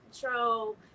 control